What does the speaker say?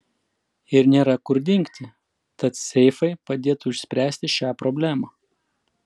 ir nėra kur dingti tad seifai padėtų išspręsti šią problemą